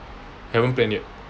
haven't plan yet